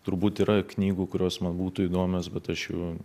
turbūt yra knygų kurios man būtų įdomios bet aš jų